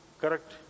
correct